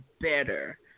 better